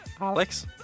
Alex